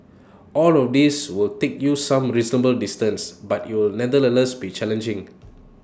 all of these will take you some reasonable distance but IT will nevertheless be challenging